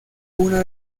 una